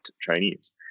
Chinese